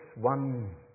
one